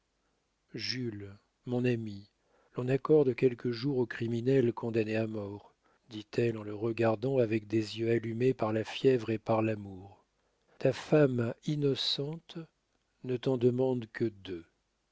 jules mon ami l'on accorde quelques jours aux criminels condamnés à mort dit-elle en le regardant avec des yeux allumés par la fièvre et par l'amour ta femme innocente ne t'en demande que deux